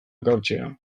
ekartzea